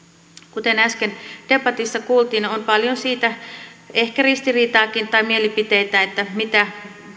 kuten äsken debatissa kuultiin on paljon siitä ehkä ristiriitaakin tai mielipiteitä mitä